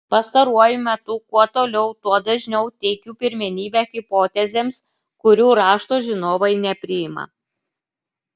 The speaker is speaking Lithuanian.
pastaruoju metu kuo toliau tuo dažniau teikiu pirmenybę hipotezėms kurių rašto žinovai nepriima